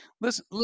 Listen